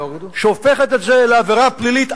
שהופכת את זה לעבירה פלילית,